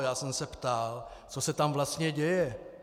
Já jsem se ptal, co se tam vlastně děje.